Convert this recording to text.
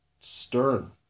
stern